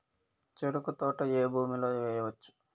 చెరుకు తోట ఏ భూమిలో వేయవచ్చు?